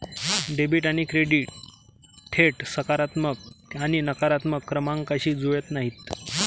debit आणि credit थेट सकारात्मक आणि नकारात्मक क्रमांकांशी जुळत नाहीत